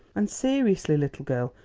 and seriously, little girl,